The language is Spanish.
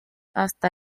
hasta